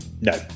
No